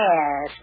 Yes